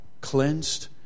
cleansed